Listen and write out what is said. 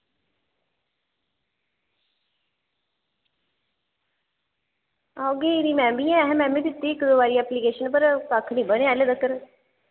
हां गेदी दी में बी ऐ दित्ती ही इक्क दौ बारी एप्लीकेशन पर कक्ख निं बनेआ अल्ली तक्कर